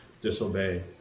Disobey